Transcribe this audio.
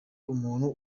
umuntu